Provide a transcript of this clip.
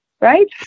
Right